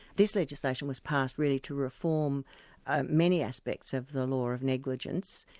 this legislation was passed really to reform many aspects of the law of negligence,